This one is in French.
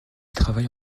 travaille